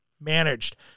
managed